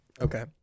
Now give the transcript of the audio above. Okay